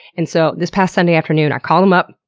and so this past sunday afternoon i called em up,